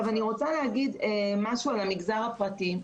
אני רוצה לומר משהו על המגזר הפרטי.